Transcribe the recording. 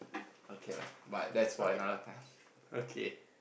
okay lah but that's for another time okay